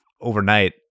overnight